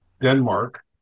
Denmark